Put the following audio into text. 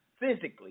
physically